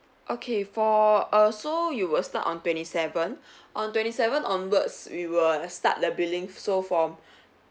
okay for err so you will start on twenty seven on twenty seven onwards we will start the billing so from